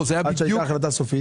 עד שהייתה החלטה סופית?